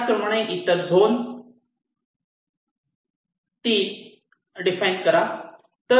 त्याचप्रमाणे इतर झोन 3 इतर झोन 3 डिफाइन करा